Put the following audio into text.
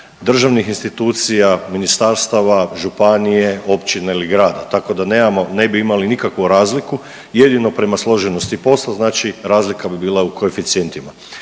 državnih institucija, ministarstava, županije, općine ili grada tako da nemamo, ne bi imali nikakvu razliku jedino prema složenosti posla, znači razlika bi bila u koeficijentima.